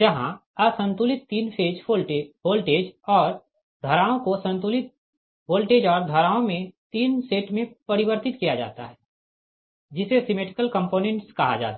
जहाँ असंतुलित तीन फेज वोल्टेज और धाराओं को संतुलित वोल्टेज और धाराओं में तीन सेट में परिवर्तित किया जाता है जिसे सिमेट्रिकल कंपोनेंट्स कहा जाता है